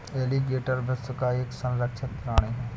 alligator विश्व का एक संरक्षित प्राणी है